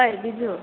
ओइ बिजु